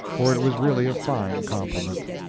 for it was really a fine compliment.